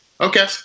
Okay